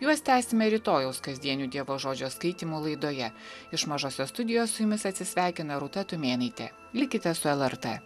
juos tęsime rytojaus kasdieniu dievo žodžio skaitymo laidoje iš mažosios studijos su jumis atsisveikina rūta tumėnaitė likite su lrt